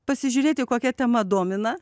pasižiūrėti kokia tema domina